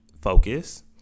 focus